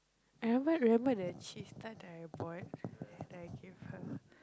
I remember do remember the cheese tarts that I bought that I give her